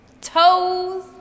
toes